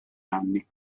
anni